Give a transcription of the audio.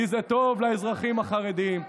כי זה טוב לאזרחים החרדים.